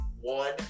one